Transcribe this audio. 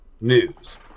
news